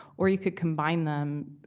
or you can combine them,